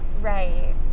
Right